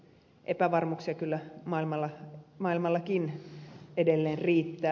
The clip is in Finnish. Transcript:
epävarmuuksia kyllä maailmallakin edelleen riittää